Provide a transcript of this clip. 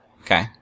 Okay